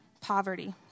poverty